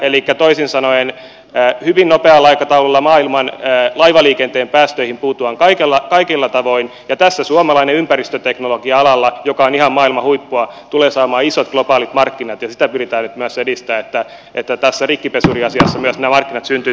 elikkä toisin sanoen hyvin nopealla aikataululla maailman laivaliikenteen päästöihin puututaan kaikilla tavoin ja tässä suomalainen ympäristöteknologia ala joka on ihan maailman huippua tulee saamaan isot globaalit markkinat ja myös sitä pyritään nyt edistämään että tässä piti tutkia sitä syntyy